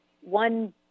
one